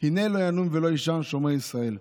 הנה לא ינום ולא יישן שומר ישראל.